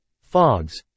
fogs